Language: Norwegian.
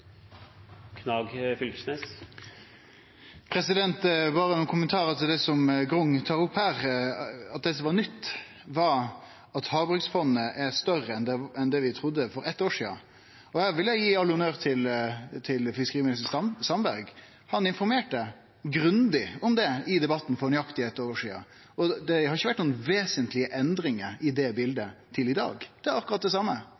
Berre nokre kommentarar til det Grung tar opp her, at det som var nytt, var at Havbruksfondet er større enn vi trudde for eitt år sidan. Her vil eg gi all honnør til fiskeriminister Sandberg. Han informerte grundig om det i debatten for nøyaktig eitt år sida, og det har ikkje vore nokre vesentlege endringar i det bildet til i dag. Det er akkurat det same.